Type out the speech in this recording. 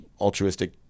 altruistic